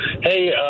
Hey